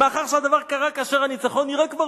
"מאחר שהדבר קרה כאשר הניצחון נראה כבר